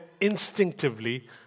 instinctively